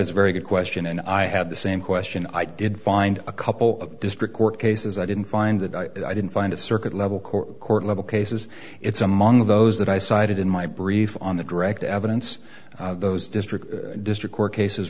a very good question and i had the same question i did find a couple of district court cases i didn't find that i didn't find a circuit level court court level cases it's among those that i cited in my brief on the direct evidence of those district district court cases